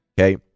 Okay